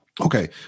Okay